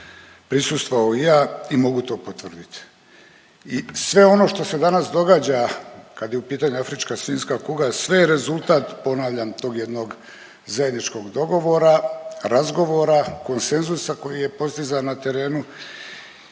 prisustvovao i ja i mogu to potvrditi. I sve ono što se danas događa kad je u pitanju afrička svinjska kuga sve je rezultat ponavljam tog jednog zajedničkog dogovora, razgovora, konsenzusa koji je postizan na terenu